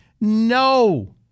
No